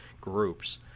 groups